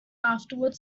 afterward